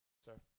Sir